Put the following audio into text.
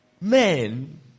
men